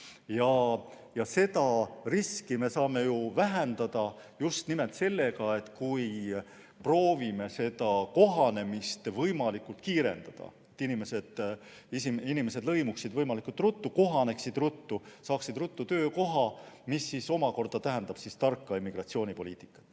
Seda riski me saame ju vähendada just nimelt sellega, et me proovime nende kohanemist võimalikult palju kiirendada, et inimesed lõimuksid võimalikult ruttu, kohaneksid ruttu ja saaksid ruttu töökoha. See kõik tähendab tarka immigratsioonipoliitikat.